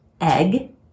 Egg